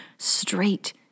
straight